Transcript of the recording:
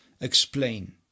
explain